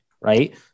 right